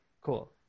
Cool